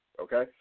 Okay